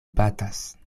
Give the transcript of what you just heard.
batas